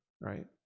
right